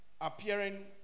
appearing